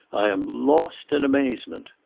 i am lost in amazement.